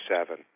Seven